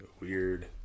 weird